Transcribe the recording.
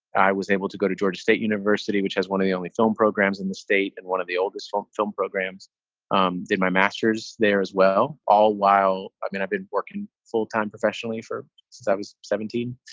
i was able to go to georgia state university, which has one of the only film programs in the state and one of the oldest um film programs um did my masters there as well. all while i've been i've been working full time professionally for since i was seventeen.